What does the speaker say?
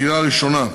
לקריאה ראשונה.